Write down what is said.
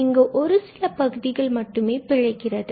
இங்கு ஒரு சில பகுதிகள் மட்டுமே பிழைக்கிறது